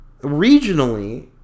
regionally